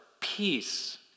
peace